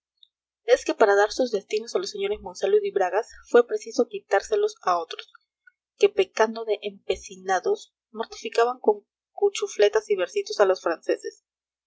es que para dar sus destinos a los señores monsalud y bragas fue preciso quitárselos a otros que pecando de empecinados mortificaban con cuchufletas y versitos a los franceses